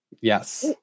Yes